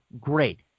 great